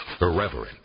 Irreverent